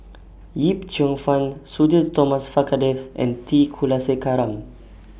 Yip Cheong Fun Sudhir Thomas Vadaketh and T Kulasekaram